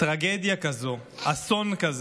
טרגדיה כזאת, אסון כזה,